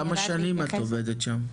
כמה שנים את עובדת שם?